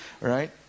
Right